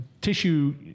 tissue